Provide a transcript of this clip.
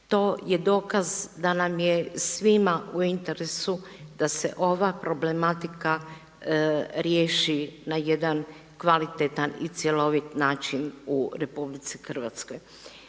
nam je dokaz da nam je svima u interesu da se ova problematika riješi na jedan kvalitetan i cjelovit način u RH.